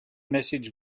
message